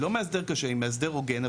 היא לא מאסדר קשה היא מאסדר הוגן,